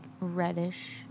reddish